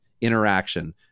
Interaction